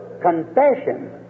confession